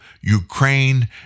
Ukraine